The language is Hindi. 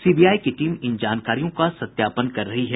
सीबीआई की टीम इन जानकारियों का सत्यापन कर रही है